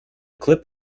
clip